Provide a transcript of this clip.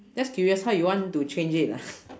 just curious how you want to change it ah